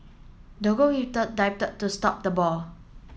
the dived to stop the ball